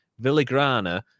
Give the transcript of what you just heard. Villagrana